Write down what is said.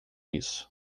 isso